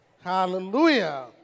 Hallelujah